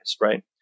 right